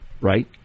Right